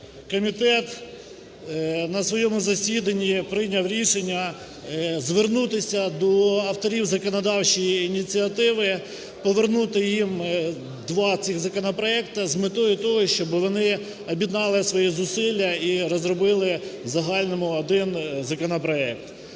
комітет на своєму засіданні прийняв рішення звернутися до авторів законодавчої ініціативи повернути їм два цих законопроекти з метою того, щоби вони об'єднали свої зусилля і розробили в загальному один законопроект.